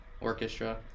orchestra